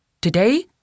Today